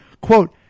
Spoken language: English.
quote